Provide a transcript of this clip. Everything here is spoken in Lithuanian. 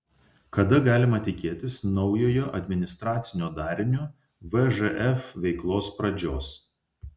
kada galima tikėtis naujojo administracinio darinio vžf veiklos pradžios